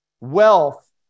Wealth